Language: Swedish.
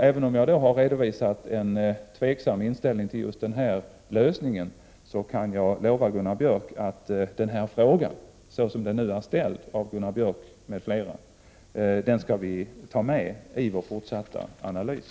Även om jag där har redovisat en tveksam inställning till den här aktuella lösningen, kan jag lova Gunnar Björk att frågan, så som den är ställd av Gunnar Björk m.fl., skall vi ta med i vår fortsatta analys.